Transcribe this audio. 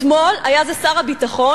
אתמול היה זה שר הביטחון,